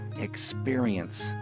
experience